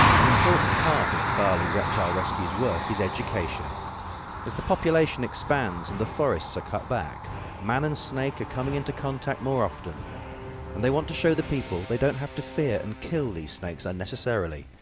an important part of bali reptile rescue's work is education as the population expands and the forests are cut back man and snake are coming ito contact more often and they want to show the people they don't have to fear and kill these snakes unnecessarily.